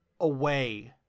away